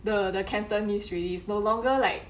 the the cantonese really it's no longer like